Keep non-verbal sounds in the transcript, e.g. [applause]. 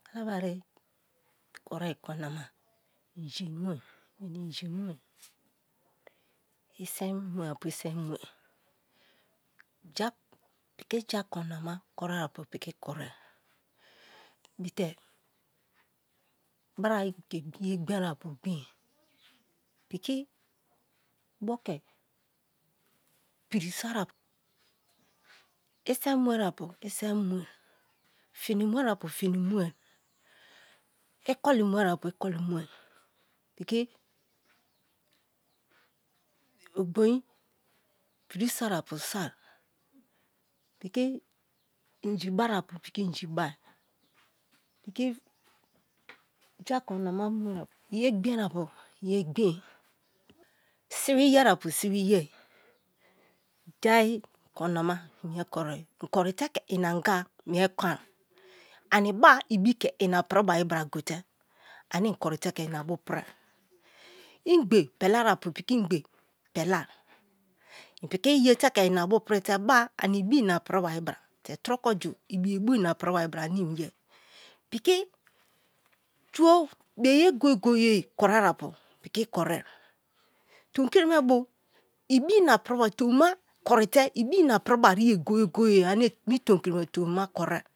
Kalabari korie koinama i ini inyi nwè, isan uwè apu isa muè ja pu piki ja koina ma kori apu piki koriè [unintelligible] bra ke ye gbiè apu gbiè piki buo ke piri so̠ apu, isam muè apu isam muè fini muè apu fini muè ikoli muè apu ikoli muè piki ogboi piri so̠ apu so̠, piki inji bara apu piki inji bai [unintelligible] ye gbiè apu ye gbiè sewi ye apu swei ye jai konama imie koriè in koritè kè ina anya mie kon ani bu ibi ke ina pri bai bra kote̠ ane inkori te ke ina bu prie, ingbe pelai apu piki ingbe pelai inpeki ye te ke ina bu prite ba ani ibi ina pri wa bra te turo koju ibie bo ina pri wai bra ane iye piki a [unintelligible] beye goy goye kori apu piki kori è tom kiri me ba [unintelligible] to mi ma korite ibi ina piri bai ye goye goye anne ini tom kri be tomima koriè